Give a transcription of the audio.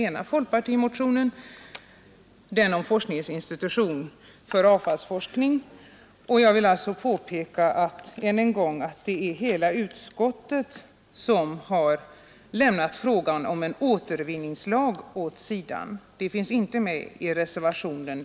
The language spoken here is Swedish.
Jag vill ännu en gång påpeka att det är hela utskottet som har lämnat frågan om en återvinningslag åt sidan. Det kravet finns inte med i reservationen.